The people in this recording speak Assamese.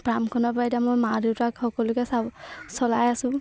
ফাৰ্মখনৰপৰাই এতিয়া মই মা দেউতাক সকলোকে চা চলাই আছো